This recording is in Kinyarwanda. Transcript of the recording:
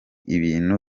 ibintu